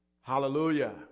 Hallelujah